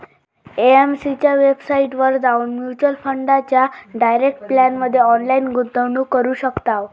AMC च्या वेबसाईटवर जाऊन म्युच्युअल फंडाच्या डायरेक्ट प्लॅनमध्ये ऑनलाईन गुंतवणूक करू शकताव